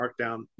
markdown